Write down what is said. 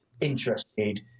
interested